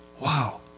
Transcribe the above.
Wow